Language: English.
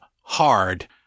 hard